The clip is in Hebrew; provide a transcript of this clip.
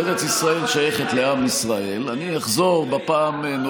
ארץ ישראל שייכת לעם ישראל, אני אחזור פעם נוספת.